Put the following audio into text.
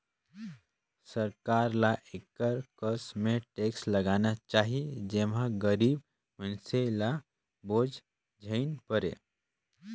सरकार ल एकर कस में टेक्स लगाना चाही जेम्हां गरीब मइनसे ल बोझ झेइन परे